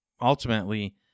ultimately